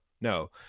no